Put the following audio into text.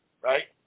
right